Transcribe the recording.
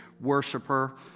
worshiper